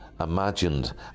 imagined